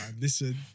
Listen